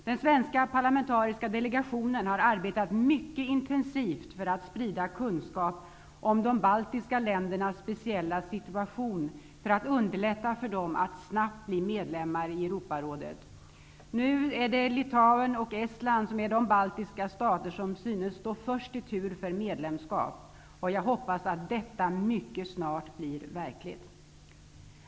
Den svenska parlamentariska delegationen har arbetat mycket intensivt för att sprida kunskap om de baltiska ländernas speciella situation för att underlätta för dem att snabbt bli medlemmar i Europarådet. Litauen och Estland är de baltiska stater som synes stå först i tur för medlemskap, och jag hoppas att detta mycket snart blir verkligt.